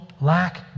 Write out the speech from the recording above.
lack